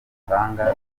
butanga